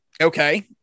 Okay